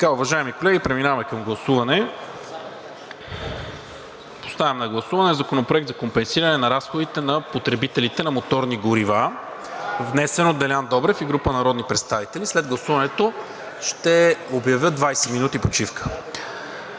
дебата. Уважаеми колеги, преминаваме към гласуване. Подлагам на гласуване Законопроекта за компенсиране на разходите на потребителите на моторни горива, внесен от Делян Добрев и група народни представители на 11 ноември 2022 г. – първо